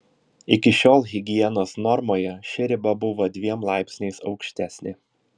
iki šiol higienos normoje ši riba buvo dviem laipsniais aukštesnė